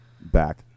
back